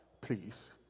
please